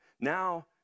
Now